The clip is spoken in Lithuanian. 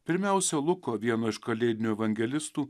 pirmiausia luko vieno iš kalėdinių evangelistų